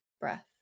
breath